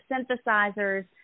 synthesizers